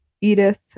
Edith